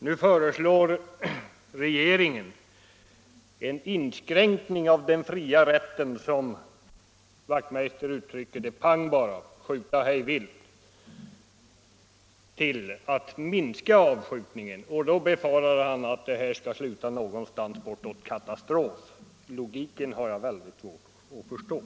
Nu föreslår regeringen en inskränkning av den fria rätten — som herr Wachtmeister uttrycker det ”pang bara, skjuta hej vilt” — och vill minska avskjutningen. Då befarar han att det här skall sluta i katastrof. Logiken har jag väldigt svårt att förstå.